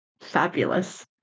Fabulous